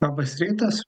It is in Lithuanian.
labas rytas